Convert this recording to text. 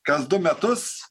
kas du metus